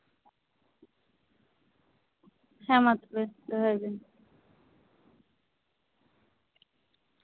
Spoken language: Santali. ᱦᱮᱸ ᱢᱟ ᱛᱚᱵᱮ ᱫᱚᱦᱚᱭᱵᱮᱱ